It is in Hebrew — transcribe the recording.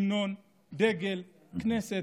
המנון, דגל, כנסת,